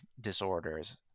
disorders